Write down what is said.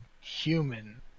human